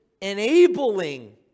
enabling